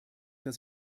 dass